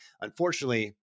Unfortunately